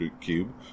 cube